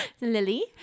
lily